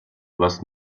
was